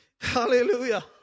Hallelujah